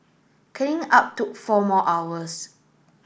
cleaning up took four more hours